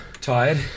Tired